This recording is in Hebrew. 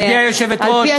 גברתי היושבת-ראש,